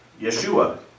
Yeshua